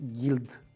Guild